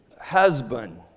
Husband